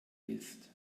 ist